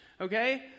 okay